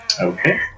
Okay